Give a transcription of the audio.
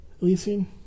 Leasing